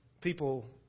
people